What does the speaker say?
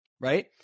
Right